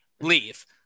leave